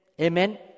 Amen